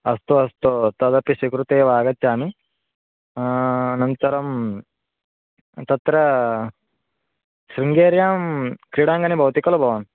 अस्तु अस्तु तदपि स्वीकृत्य एव आगच्छामि अनन्तरं तत्र शृङ्गेर्यां क्रीडाङ्गणे भवति खलु भवान्